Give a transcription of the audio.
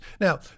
Now